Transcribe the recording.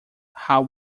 how